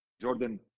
Jordan